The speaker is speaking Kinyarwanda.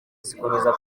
zikomeza